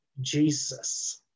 Jesus